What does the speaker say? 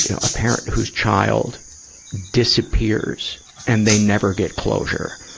you know a parent whose child disappears and they never get closure.